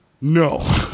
no